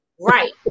Right